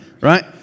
Right